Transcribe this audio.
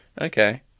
Okay